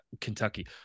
Kentucky